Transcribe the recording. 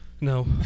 No